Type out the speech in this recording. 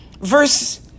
Verse